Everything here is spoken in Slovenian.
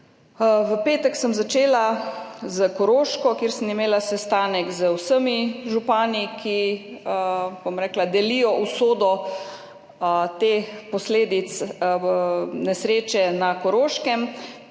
V petek sem začela s Koroško, kjer sem imela sestanek z vsemi župani, ki, bom rekla, delijo usodo teh posledic nesreče na Koroškem,